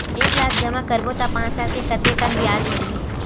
एक लाख जमा करबो त पांच साल म कतेकन ब्याज मिलही?